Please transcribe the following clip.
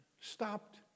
stopped